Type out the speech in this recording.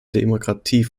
demokratie